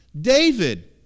David